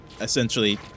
essentially